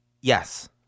Yes